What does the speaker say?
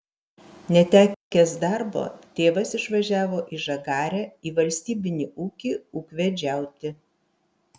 netekęs darbo tėvas išvažiavo į žagarę į valstybinį ūkį ūkvedžiauti